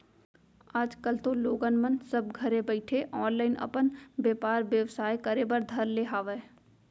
आज कल तो लोगन मन सब घरे बइठे ऑनलाईन अपन बेपार बेवसाय करे बर धर ले हावय